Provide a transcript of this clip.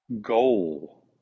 goal